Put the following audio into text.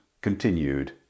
continued